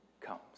comes